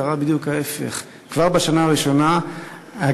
קרה בדיוק ההפך: כבר בשנה הראשונה הגבייה